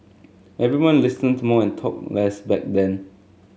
everyone listened to more and talked less back then